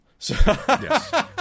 Yes